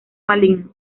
maligno